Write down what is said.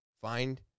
find